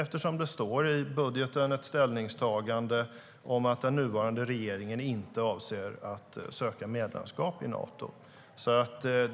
I budgeten finns ett ställningstagande om att den nuvarande regeringen inte avser att söka medlemskap i Nato.